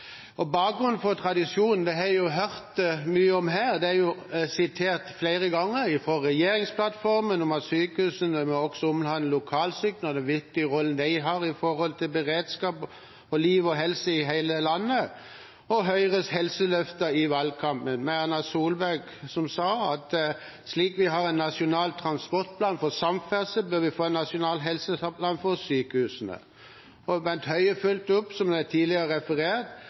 sykehus. Bakgrunnen for tradisjonen har jeg hørt mye om her, det er sitert flere ganger fra regjeringsplattformen, at sykehusplanene også må omhandle lokalsykehus og den viktige rollen de har når det gjelder beredskap for liv og helse i hele landet, og fra Høyres helseløfter i valgkampen, og Erna Solberg som sa at slik vi har en nasjonal transportplan for samferdsel, bør vi få en nasjonal helseplan for sykehusene. Bent Høie fulgte opp, som det er referert tidligere,